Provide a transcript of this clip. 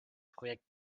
projekt